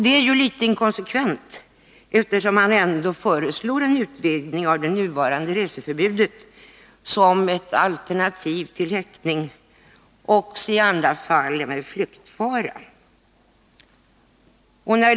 Det är ju litet inkonsekvent, eftersom han ändå föreslår en utvidgning av det nuvarande reseförbudet som ett alternativ till häktning också i andra fall än när det gäller flyktfara.